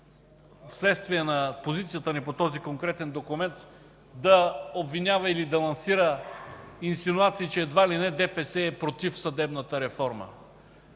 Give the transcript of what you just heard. вследствие на позицията ни по този конкретен документ да обвинява или лансира инсинуации, че едва ли не ДПС е против съдебната реформа.